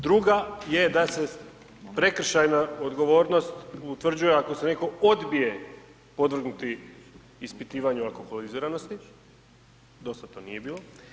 Druga je da se prekršajna odgovornost utvrđuje ako se netko odbije podvrgnuti ispitivanju alkoholiziranosti, dosad to nije bilo.